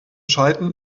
schalten